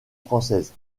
française